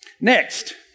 next